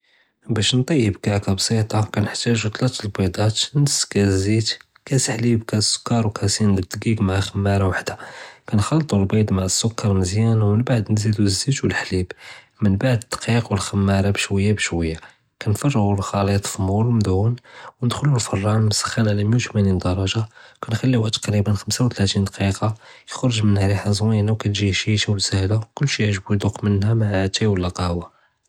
בַּאש נְטַיַב כַּעְכָּה בְּסִيطָה קַנְחְתַאג'וּ תְּלַאת דְל בֶּיְדָאת, נְס קַאס זִית, קַאס חַלִיב, קַאס סּוּכַּר וּכַאסִין דְל דִּיקִיק מַעַ חְמַארָה וַחְדָה, קַנְחַלְּטוּ הַבֶּיְד מְזְיָאן עִם הַסּוּכַּר וּנְבְעְד נְזִידְלוּ הַזִית וְהַחַלִיב, מִן בְּעְד הַדִּיקִיק וְהַחְמַארָה בּשְּׁוַיָה בּשְּׁוַיָה, קַנְפַרְגּוּ הַחְלִيط פִּמוּל מְדֻהּוּן וְנְדַכְלוּ הַפְּרַאן מְסַחֵן עַלַ 180 דַּרָגָה, קַנְחַלִיוּה תְּקְרִיבָן 35 דַּקִיקָה, קִיּכְרַג מִנְהَا רִיחָה זְוִינָה וְקַתְגִ'י הַשִּישָה וְסָאהְלָה כֻּלְשִי יַעְגְבוּ יְדוּק מִנְהָ עִם אִתַאי לוֹ קָהְוֶה.